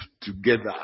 together